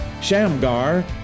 Shamgar